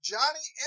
Johnny